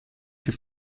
für